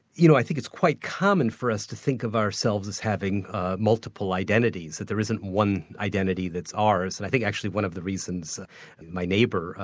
you know, i think it's quite common for us to think of ourselves as having multiple identities, that there isn't one identity that's ours, and i think actually one of the reasons my neighbour,